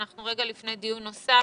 אנחנו רגע לפני דיון נוסף.